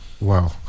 Wow